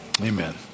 Amen